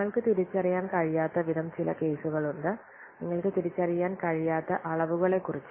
നിങ്ങൾക്ക് തിരിച്ചറിയാൻ കഴിയാത്തവിധം ചില കേസുകളുണ്ട് നിങ്ങൾക്ക് തിരിച്ചറിയാൻ കഴിയാത്ത അളവുകളെക്കുറിച്ച്